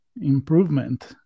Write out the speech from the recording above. improvement